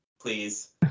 Please